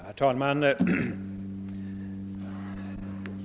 Herr talman!